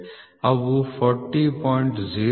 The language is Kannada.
ಅವು 40